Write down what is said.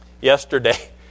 yesterday